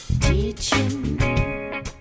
Teaching